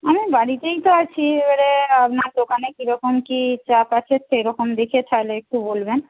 আমি বাড়িতেই তো আছি এবারে আপনার দোকানে কীরকম কী চাপ আছে সেরকম দেখে তাহলে একটু বলবেন